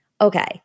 okay